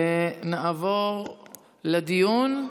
נעבור לדיון.